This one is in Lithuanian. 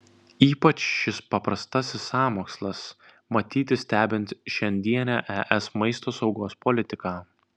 ypač šis paprastasis sąmokslas matyti stebint šiandienę es maisto saugos politiką